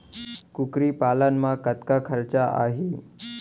कुकरी पालन म कतका खरचा आही?